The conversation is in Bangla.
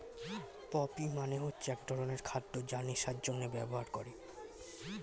পপি মানে হচ্ছে এক ধরনের খাদ্য যা নেশার জন্যে ব্যবহার করে